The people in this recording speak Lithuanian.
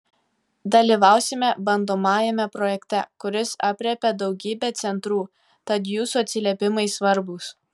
dalyvausime bandomajame projekte kuris aprėpia daugybę centrų tad jūsų atsiliepimai svarbūs